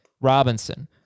Robinson